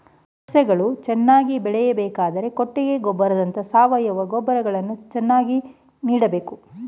ಸಸ್ಯಗಳು ಚೆನ್ನಾಗಿ ಬೆಳೆಯಬೇಕಾದರೆ ಕೊಟ್ಟಿಗೆ ಗೊಬ್ಬರದಂತ ಸಾವಯವ ಗೊಬ್ಬರಗಳನ್ನು ಹೆಚ್ಚಾಗಿ ನೀಡಬೇಕು